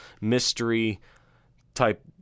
mystery-type